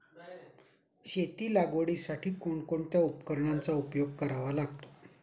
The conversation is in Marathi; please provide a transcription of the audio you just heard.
शेती लागवडीसाठी कोणकोणत्या उपकरणांचा उपयोग करावा लागतो?